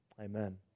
amen